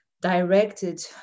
directed